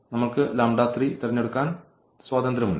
നമ്മൾക്ക് തിരഞ്ഞെടുക്കാൻ സ്വാതന്ത്ര്യമുണ്ട്